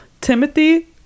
Timothy